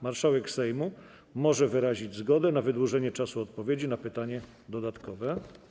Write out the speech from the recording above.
Marszałek Sejmu może wyrazić zgodę na wydłużenie czasu odpowiedzi na pytanie dodatkowe.